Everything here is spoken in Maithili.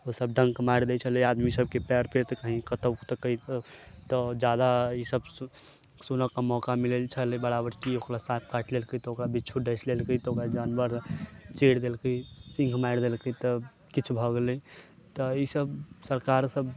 ओसभ डङ्क मारि दैत छलै आदमीसभके पैर पे तऽ कहीँ कतहु तऽ कहीँ ज्यादा ईसभ सुनयके मौका मिलैत छलय बराबर कि ओकरा साँप काटि लेलकै ओकरा बिच्छू डसि लेलकै तऽ ओकरा जानवर चीर देलकै सिङ्ग मारि देलकै तऽ किछु भऽ गेलै तऽ इसभ सरकारसभ